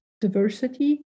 diversity